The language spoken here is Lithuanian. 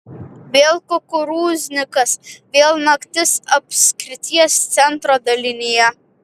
vėl kukurūznikas vėl naktis apskrities centro dalinyje